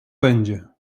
będzie